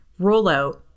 rollout